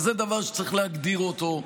זה דבר שצריך להגדיר אותו,